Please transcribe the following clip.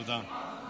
תודה.